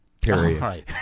period